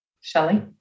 Shelly